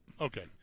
Okay